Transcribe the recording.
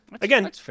Again